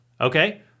Okay